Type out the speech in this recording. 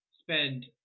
spend